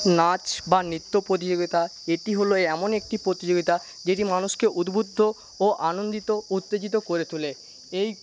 নাচ বা নৃত্য প্রতিযোগিতা এটি হলো এমন একটি প্রতিযোগিতা যেটি মানুষকে উদ্বুদ্ধ ও আনন্দিত উত্তেজিত করে তোলে এই